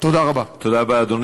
תודה רבה, אדוני.